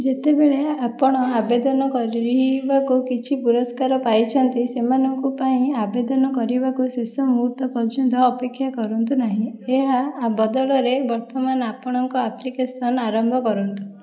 ଯେତେବେଳେ ଆପଣ ଆବେଦନ କରିବାକୁ କିଛି ପୁରସ୍କାର ପାଇଛନ୍ତି ସେମାନଙ୍କ ପାଇଁ ଆବେଦନ କରିବାକୁ ଶେଷ ମୁହୂର୍ତ୍ତ ପର୍ଯ୍ୟନ୍ତ ଅପେକ୍ଷା କରନ୍ତୁ ନାହିଁ ଏହା ବଦଳରେ ବର୍ତ୍ତମାନ ଆପଣଙ୍କ ଆପ୍ଲିକେସନ୍ ଆରମ୍ଭ କରନ୍ତୁ